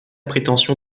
prétention